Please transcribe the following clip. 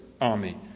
army